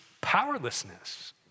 powerlessness